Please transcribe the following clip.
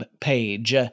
Page